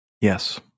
Yes